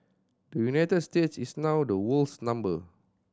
the United States is now the world's number